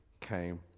came